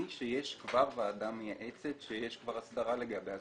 שיש כבר ועדה מייעצת שיש כבר הסדרה לגביה.